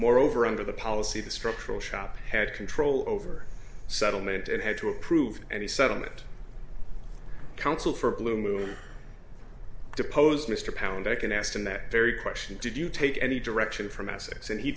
moreover under the policy the structural shop had control over settlement and had to approve any settlement council for bloom deposed mr pound i can ask him that very question did you take any direction from s s and he